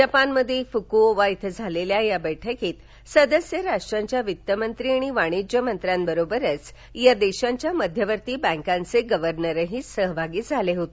जपानमध्ये फुकूओका इथे झालेल्या या बैठकीत सदस्य राष्ट्रांच्या वित्तमंत्री आणि वाणिज्यमंत्र्यांबरोबरच या देशांच्या मध्यवर्ती बँकांचे गव्हर्नरही सहभागी झाले होते